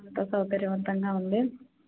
సౌకర్యవంతంగా ఉండి